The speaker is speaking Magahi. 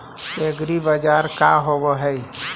एग्रीबाजार का होव हइ?